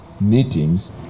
meetings